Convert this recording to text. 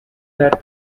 that